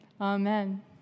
amen